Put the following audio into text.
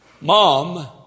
Mom